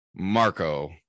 Marco